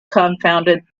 confounded